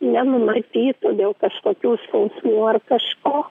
nenumatytų dėl kažkokių skausmų ar kažko